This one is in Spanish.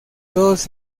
todos